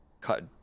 cut